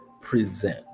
present